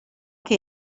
che